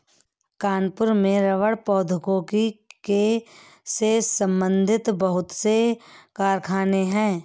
कानपुर में रबड़ प्रौद्योगिकी से संबंधित बहुत से कारखाने है